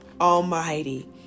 Almighty